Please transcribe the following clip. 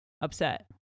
upset